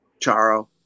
Charo